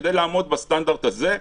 כדי לעמוד בסטנדרט הזה,